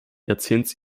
jahrzehnts